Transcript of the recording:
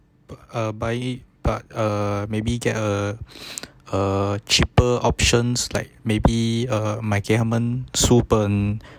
bu~ err but err maybe get a a cheaper options like maybe uh 买给他们书本